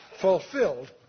fulfilled